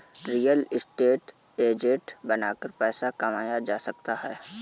real estate agent बनकर पैसा कमाया जा सकता है